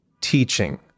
teaching